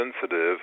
sensitive